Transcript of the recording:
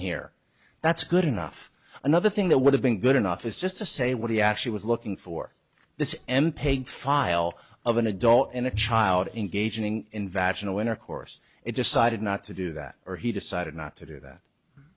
here that's good enough another thing that would have been good enough is just to say what he actually was looking for this mpeg file of an adult in a child engaging in vashon a winner course it decided not to do that or he decided not to do